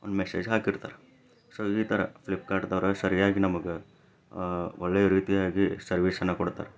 ಒಂದು ಮೆಸೇಜ್ ಹಾಕಿರ್ತಾರೆ ಸೋ ಈ ಥರ ಫ್ಲಿಪ್ಕಾರ್ಟ್ದವರು ಸರಿಯಾಗಿ ನಮಗೆ ಒಳ್ಳೆಯ ರೀತಿಯಾಗಿ ಸರ್ವಿಸನ್ನು ಕೊಡ್ತಾರೆ